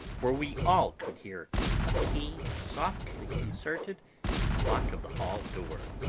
for we all could hear a key softly inserted in the lock of the hall door.